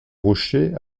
rochers